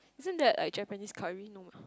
isn't that like Japanese Curry no